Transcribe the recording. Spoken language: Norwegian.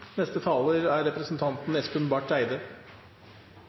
Neste talar er